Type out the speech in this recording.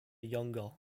younger